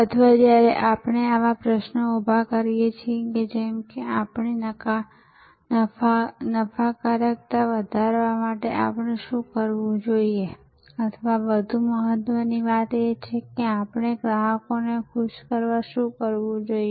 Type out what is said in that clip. અથવા જ્યારે આપણે આવા પ્રશ્નો ઉભા કરીએ છીએ જેમ કે આપણી નફાકારકતા વધારવા માટે આપણે શું કરવું જોઈએ અથવા વધુ મહત્ત્વની વાત એ છે કે આપણે ગ્રાહકોને ખુશ કરવા શું કરવું જોઈએ